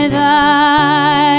thy